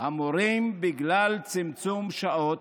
המורים בגלל צמצום שעות,